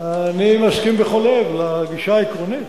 אני מסכים בכל לב לגישה העקרונית,